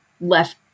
left